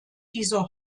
diese